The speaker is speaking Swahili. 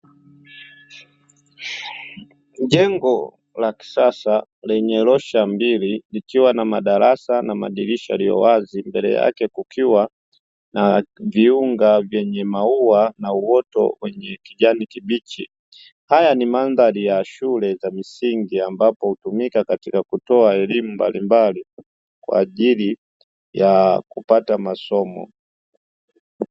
Jengo la kisasa lenye rosha mbili likiwa na madarasa na madirisha yaliyo wazi, mbele yake kukiwa na viunga vyenye maua na uoto wenye kijani kibichi, haya ni mandhari ya shule za msingi ambapo hutumika katika kutoa elimu mbalimbali kwa ajili ya kupata masomo.